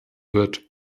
wird